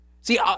See